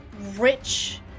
rich